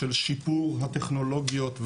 של שיפור הטכנולוגיות,